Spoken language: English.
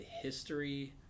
history